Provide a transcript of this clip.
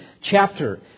chapter